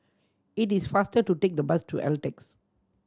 it is faster to take the bus to Altez